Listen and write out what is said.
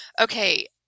Okay